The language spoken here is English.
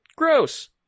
gross